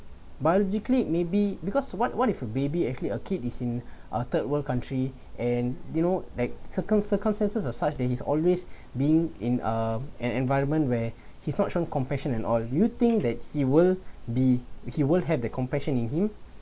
biologically maybe because what what if a baby actually a kid is in a third world country and you know like circum~ circumstances as such that he's always being in uh an environment where he's not shown compassion and all you think that he will be he will have the compassion in him